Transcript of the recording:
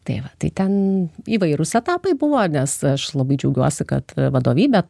tai va tai ten įvairūs etapai buvo nes aš labai džiaugiuosi kad e vadovybė